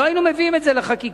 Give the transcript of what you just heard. לא היינו מביאים את זה לחקיקה.